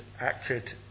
acted